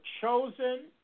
chosen